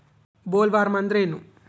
Bollworm ಅಂದ್ರೇನು?